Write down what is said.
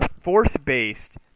force-based